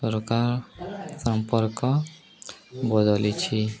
ସରକାର ସମ୍ପର୍କ ବଦଳିଛି